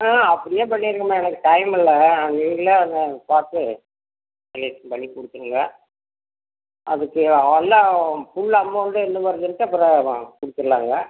ம் அப்படியே பண்ணிடுங்கம்மா எனக்கு டைம் இல்லை நீங்களே அதை பார்த்து கலெக்ஷன் பண்ணி கொடுத்துருங்க அதுக்கு அல்லா ஃபுல் அமௌண்ட்டும் என்ன வந்துருக்கோ அப்புறம் அதை கொடுத்துர்லாங்க